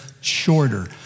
shorter